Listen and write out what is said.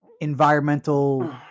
environmental